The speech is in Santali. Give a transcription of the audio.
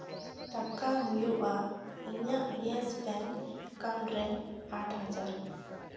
ᱴᱟᱠᱟ ᱦᱩᱭᱩᱜᱼᱟ ᱤᱧᱟᱜ ᱤᱭᱮᱥ ᱵᱮᱝᱠ ᱮᱠᱟᱣᱩᱱᱴ ᱨᱮ ᱟᱴ ᱦᱟᱡᱟᱨ